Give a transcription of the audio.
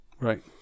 Right